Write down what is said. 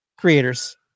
creators